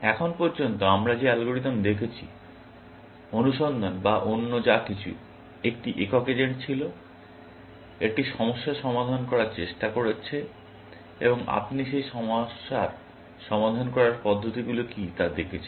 এখন পর্যন্ত আমরা যে অ্যালগরিদম দেখেছি অনুসন্ধান বা অন্য যা কিছু একটি একক এজেন্ট ছিল একটি সমস্যা সমাধান করার চেষ্টা করছে এবং আপনি সেই সমস্যার সমাধান করার পদ্ধতিগুলি কী তা দেখছেন